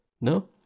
no